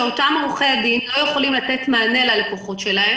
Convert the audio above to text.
אותם עורכי הדין לא יכולים לתת מענה ללקוחות שלהם